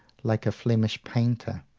like a flemish painter,